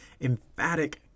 emphatic